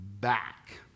back